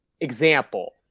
example